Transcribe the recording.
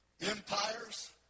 empires